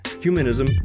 humanism